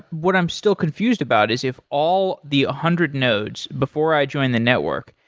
what i'm still confused about is if all the hundred nodes, before i joined the network,